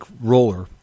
roller